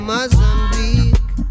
Mozambique